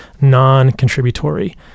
non-contributory